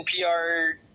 NPR